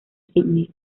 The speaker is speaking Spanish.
sidney